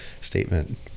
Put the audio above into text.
statement